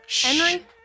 Henry